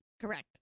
Correct